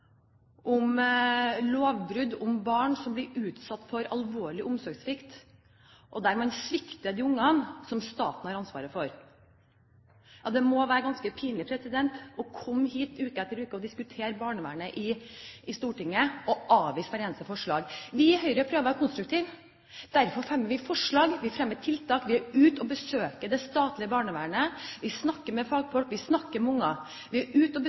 om lovbrudd, om barn som blir utsatt for alvorlig omsorgssvikt, og der man svikter de barna som staten har ansvaret for. Det må være ganske pinlig å komme hit uke etter uke og diskutere barnevernet i Stortinget, og avvise hvert eneste forslag. Vi i Høyre prøver å være konstruktive. Derfor fremmer vi forslag til tiltak, vi er ute og besøker det statlige barnevernet, vi snakker med fagfolk, vi snakker med barn, og vi er ute og